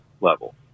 level